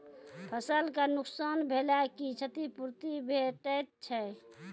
फसलक नुकसान भेलाक क्षतिपूर्ति भेटैत छै?